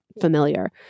familiar